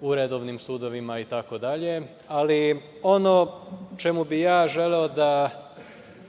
u redovnim sudovima itd. Ono o čemu bih ja želeo više